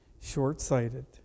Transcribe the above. short-sighted